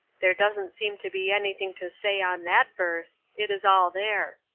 there doesn't seem to be anything to say on that verse it is all there.